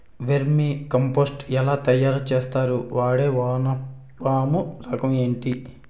Vermi compost ఎలా తయారు చేస్తారు? వాడే వానపము రకం ఏంటి?